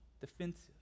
defensive